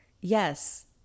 yes